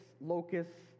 locusts